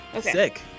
Sick